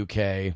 UK